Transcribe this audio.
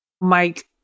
Mike